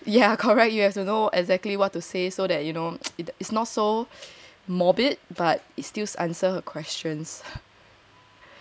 ya correct you have to know exactly what to say so that you know it it's not so morbid but is still answer her questions